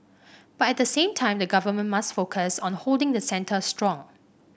but at the same time the Government must focus on holding the centre strong